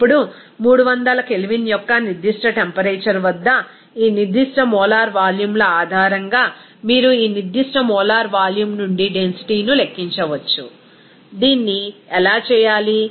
ఇప్పుడు 300 K యొక్క నిర్దిష్ట టెంపరేచర్ వద్ద ఈ నిర్దిష్ట మోలార్ వాల్యూమ్ల ఆధారంగా మీరు ఈ నిర్దిష్ట మోలార్ వాల్యూమ్ నుండి డెన్సిటీ ను లెక్కించవచ్చు దీన్ని ఎలా చేయాలి